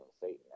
Satan